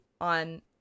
on